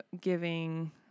giving